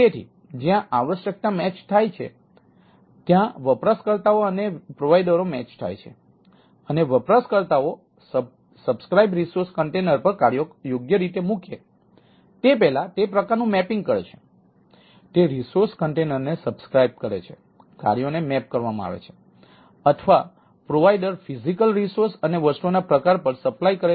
તેથી જ્યાં આવશ્યકતા મેચ અને વસ્તુઓના પ્રકાર પર સપ્લાય કરેલા રિસોર્સ કન્ટેનર પ્રદાન કરે છે